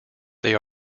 they